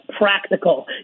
practical